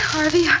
Harvey